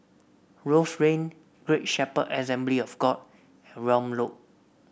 Rose Lane Great Shepherd Assembly of God Welm Road